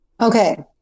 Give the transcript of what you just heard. Okay